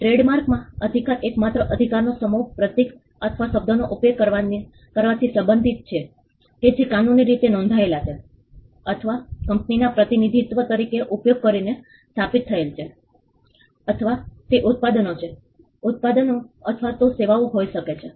ટ્રેડમાર્કમાં અધિકાર એકમાત્ર અધિકારનો સમૂહ પ્રતીક અથવા શબ્દનો ઉપયોગ કરવાથી સંબંધિત છે કે જે કાનૂની રીતે નોંધાયેલ છે અથવા કંપનીના પ્રતિનિધિત્વ તરીકે ઉપયોગ કરીને સ્થાપિત થયેલ છે અથવા તે ઉત્પાદનો છે ઉત્પાદનો અથવા તો સેવાઓ હોઈ શકે છે